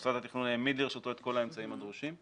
מוסד התכנון העמיד לרשותו את כל האמצעים הדרושים,